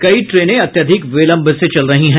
कई ट्रेनें अत्याधिक विलंब से चल रही हैं